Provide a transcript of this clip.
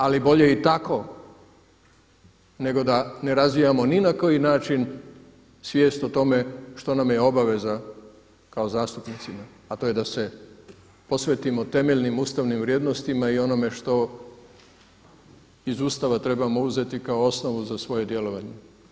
Ali bolje i tako nego da ne razvijamo ni na koji način svijest o tome što nam je obaveza kao zastupnicima a to je da se posvetimo temeljnim ustavnim vrijednostima i onome što iz Ustava trebamo uzeti kao osnovu za svoje djelovanje.